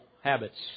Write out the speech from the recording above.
habits